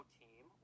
team